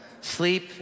Sleep